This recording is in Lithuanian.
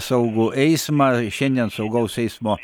saugų eismą šiandien saugaus eismo